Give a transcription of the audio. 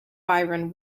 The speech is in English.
byron